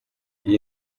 iyi